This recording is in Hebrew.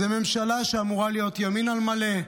זו ממשלה שאמורה להיות ימין על מלא,